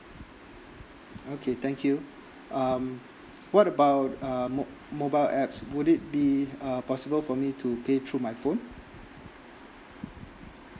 okay thank you um what about um mo~ mobile apps would it be uh possible for me to pay through my phone